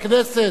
מוחמד,